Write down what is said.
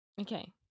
Okay